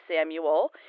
Samuel